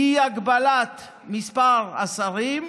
אי-הגבלת מספר השרים,